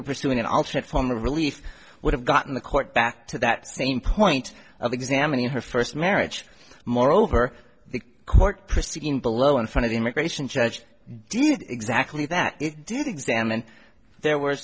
are pursuing an alternate form of relief would have gotten the court back to that same point of examining her first marriage moreover the court proceeding below in front of the immigration judge did exactly that it did examine there w